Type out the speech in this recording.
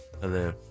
Hello